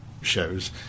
shows